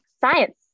Science